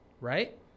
Right